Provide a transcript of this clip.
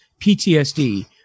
PTSD